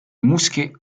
mousquets